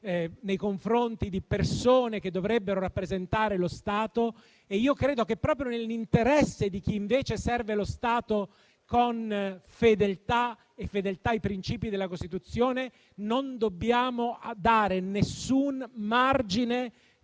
nei confronti di persone che dovrebbero rappresentare lo Stato. E io credo che, proprio nell'interesse di chi invece serve lo Stato con fedeltà ai principi della Costituzione, non dobbiamo dare nessun margine